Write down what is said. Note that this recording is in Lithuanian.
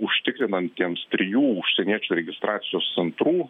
užtikrinantiems trijų užsieniečių registracijos centrų